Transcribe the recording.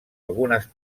algunes